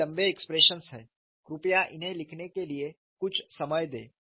ये लंबे एक्सप्रेशंस हैं कृपया इन्हें लिखने के लिए कुछ समय दें